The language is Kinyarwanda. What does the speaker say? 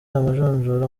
amajonjora